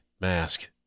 mask